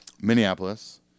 Minneapolis